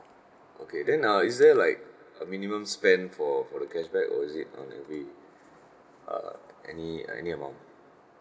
okay then uh is there like a minimum spend for for the cashback or is it on every uh any any amount